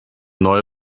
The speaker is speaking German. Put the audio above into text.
neue